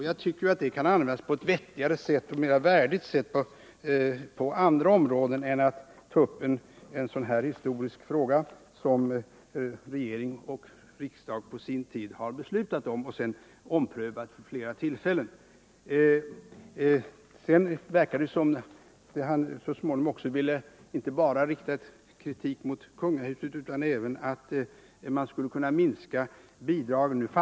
Jag tycker att det kan visas på ett vettigare och ett mera värdigt sätt än genom att ta upp en sådan här historisk fråga som regering och riksdag på sin tid har beslutat om och som sedan har omprövats vid flera tillfällen. Så småningom verkade det också som om Axel Andersson inte bara ville rikta kritik mot kungahuset utan även ville att bidragen skulle minskas.